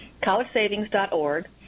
Collegesavings.org